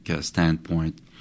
standpoint